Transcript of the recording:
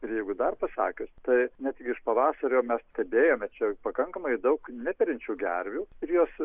ir jeigu dar pasakius tai netgi iš pavasario mes stebėjome čia pakankamai daug neperinčių gervių ir jos